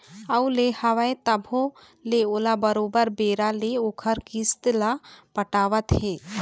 अउ ले हवय तभो ले ओला बरोबर बेरा ले ओखर किस्त ल पटावत हे